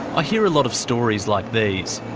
ah hear a lot of stories like these.